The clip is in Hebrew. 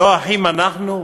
לא אחים אנחנו?